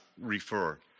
refer